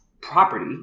property